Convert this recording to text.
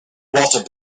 walter